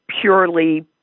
purely